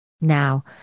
Now